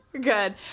Good